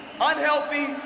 unhealthy